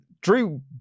drew